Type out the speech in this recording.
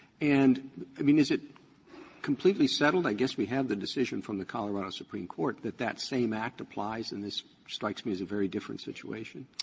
and i mean, is it completely settled? i guess we have the decision from the colorado supreme court that that same act applies, and this strikes me as a very different situation.